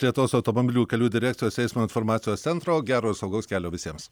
lietuvos automobilių kelių direkcijos eismo informacijos centro gero saugaus kelio visiems